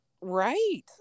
Right